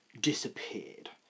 disappeared